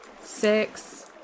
six